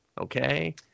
Okay